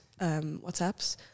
WhatsApps